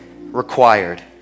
required